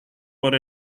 por